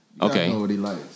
Okay